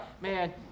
man